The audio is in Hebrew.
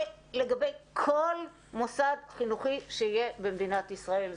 לגבי כל מוסד חינוכי שיהיה במדינת ישראל,